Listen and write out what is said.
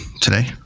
today